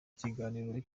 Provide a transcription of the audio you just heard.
kiganiro